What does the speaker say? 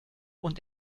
und